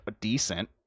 decent